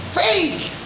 faith